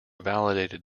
validated